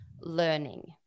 learning